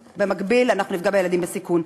ובמקביל אנחנו נפגע בילדים בסיכון.